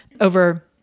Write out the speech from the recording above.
over